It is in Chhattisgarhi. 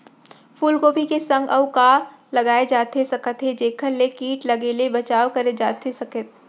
फूलगोभी के संग अऊ का लगाए जाथे सकत हे जेखर ले किट लगे ले बचाव करे जाथे सकय?